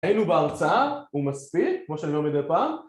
היינו בהרצאה, הוא מספיק, כמו שאני אומר מדי פעם